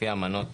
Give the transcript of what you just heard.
לפי האמנות,